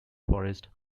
forest